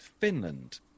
Finland